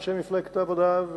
מאנשי מפלגת העבודה,